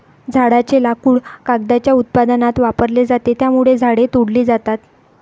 झाडांचे लाकूड कागदाच्या उत्पादनात वापरले जाते, त्यामुळे झाडे तोडली जातात